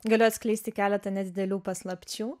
galiu atskleisti keletą nedidelių paslapčių